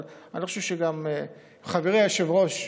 אבל אני חושב שגם חברי היושב-ראש,